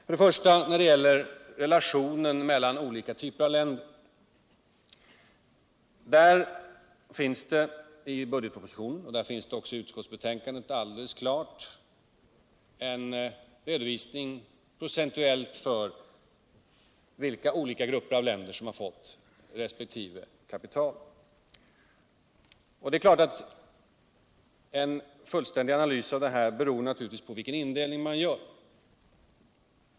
När det först gäller relationen mellan olika typer av länder finns det i budgetpropositionen och i utskottsbetänkandet mycket riktigt en procentuell redovisning för vilka olika grupper av länder som har fått resp. kapital. En fullständig analys av detta är naturligtvis beroende av vilken indelning man gör.